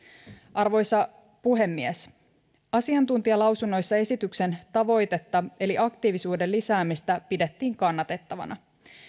arvoisa puhemies asiantuntijalausunnoissa esityksen tavoitetta eli aktiivisuuden lisäämistä pidettiin kannatettavana